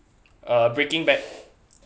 uh breaking bad